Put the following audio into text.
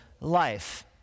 life